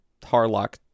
Harlock